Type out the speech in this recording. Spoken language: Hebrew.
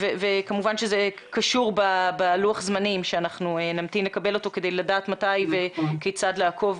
כמובן שזה קשור בלוח הזמנים שנמתין לקבל אותו כדי לדעת מתי וכיצד לעקוב.